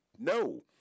No